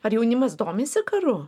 ar jaunimas domisi karu